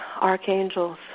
archangels